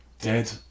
Dead